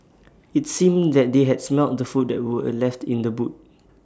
IT seemed that they had smelt the food that were left in the boot